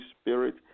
Spirit